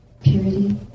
purity